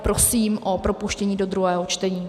Prosím o propuštění do druhého čtení.